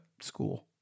school